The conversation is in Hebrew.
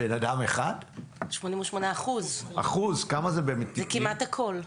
שזה כמעט הכול.